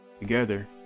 together